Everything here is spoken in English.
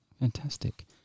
fantastic